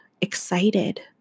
excited